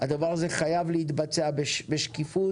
הדבר הזה חייב להתבצע בשקיפות